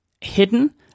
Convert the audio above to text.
hidden